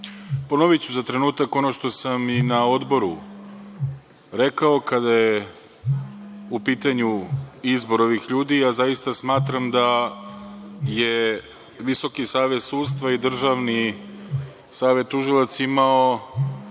za trenutak ono što sam i na odboru rekao kada je u pitanju izbor ovih ljudi. Zaista smatram da su Visoki savet sudstva i Državni savet tužilaca imali